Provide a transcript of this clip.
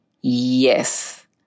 Yes